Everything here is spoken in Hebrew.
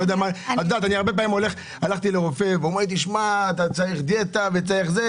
הרבה פעמים הלכתי לרופא והוא אמר לי: אתה צריך דיאטה וצריך זה.